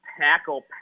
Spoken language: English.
tackle